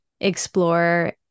explore